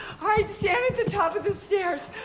all right, stand at the top of the stairs,